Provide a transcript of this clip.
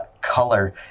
color